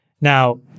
Now